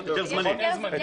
היתר זמני.